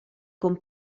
con